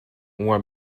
uma